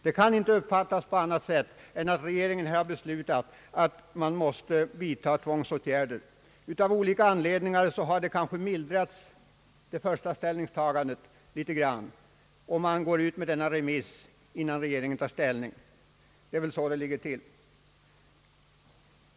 Detta kan inte uppfattas på annat sätt än att regeringen beslutar att man skall vidta tvångsåtgärder. Det första ställningstagandet har kanske mildrats något, och man går ut med denna remiss innan regeringen tar ställning. Det är väl så det ligger till.